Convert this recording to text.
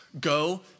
go